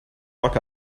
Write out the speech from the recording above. work